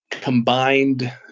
combined